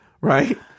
right